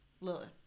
lilith